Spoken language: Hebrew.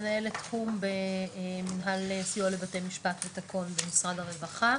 מנהלת תחום במנהל סיוע לבתי משפט במשרד הרווחה,